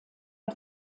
der